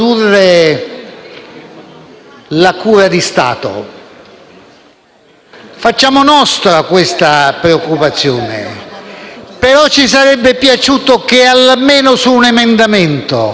però ci sarebbe piaciuto che almeno su un emendamento ci fosse stata, da parte dei colleghi del centrosinistra, la preoccupazione di un eccesso di